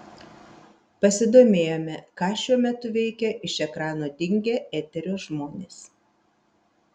pasidomėjome ką šiuo metu veikia iš ekrano dingę eterio žmonės